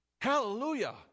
Hallelujah